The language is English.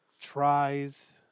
tries